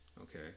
okay